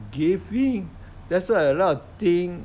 give him that's why a lot of thing